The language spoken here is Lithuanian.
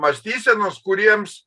mąstysenos kuriems